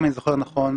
אם אני זוכר נכון,